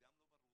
תפקידם לא ברור.